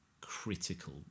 critical